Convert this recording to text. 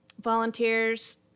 volunteers